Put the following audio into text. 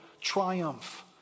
triumph